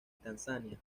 tanzania